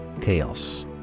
chaos